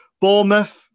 Bournemouth